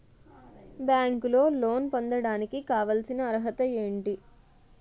బ్యాంకులో లోన్ పొందడానికి కావాల్సిన అర్హత ఏంటి?